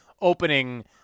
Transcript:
opening